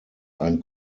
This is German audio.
ein